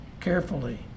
carefully